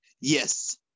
Yes